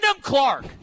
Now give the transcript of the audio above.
clark